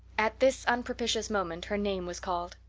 at this unpropitious moment her name was called.